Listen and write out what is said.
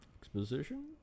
Exposition